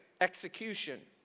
execution